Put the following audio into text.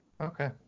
Okay